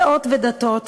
דעות ודתות,